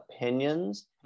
opinions